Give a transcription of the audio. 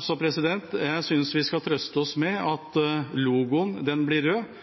jeg synes vi skal trøste oss med at logoen blir rød,